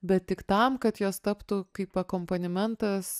bet tik tam kad jos taptų kaip akompanimentas